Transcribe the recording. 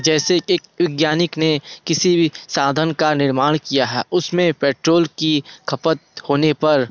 जैसे एक वैज्ञानिक ने किसी भी साधन का निर्माण किया है उसमें पेट्रोल की खपत होने पर